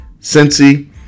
Cincy